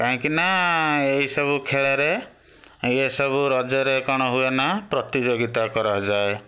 କାହିଁକିନା ଏଇସବୁ ଖେଳରେ ଏସବୁ ରଜରେ କ'ଣ ହୁଏ ନା ପ୍ରତିଯୋଗିତା କରାଯାଏ